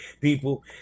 people